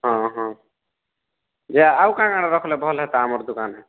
ହଁ ହଁ ଇଏ ଯେ ଆଉ କାଣ କାଣ ରଖ୍ଲେ ଭଲ୍ ହେନ୍ତା ଆମ ଦୁକାନ୍ରେ